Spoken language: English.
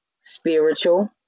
spiritual